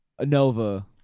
Nova